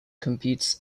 competes